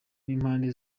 n’impande